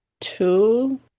two